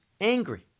angry